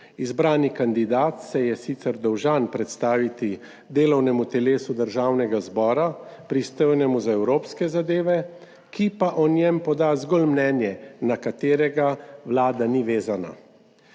Izbrani kandidat se je sicer dolžan predstaviti delovnemu telesu Državnega zbora, pristojnemu za evropske zadeve, ki pa o njem poda zgolj mnenje, na katerega Vlada ni vezana.